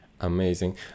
Amazing